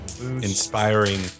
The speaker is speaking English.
inspiring